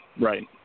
Right